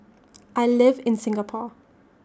I live in Singapore